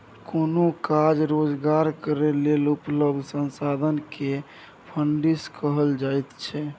कोनो काज रोजगार करै लेल उपलब्ध संसाधन के फन्डिंग कहल जाइत छइ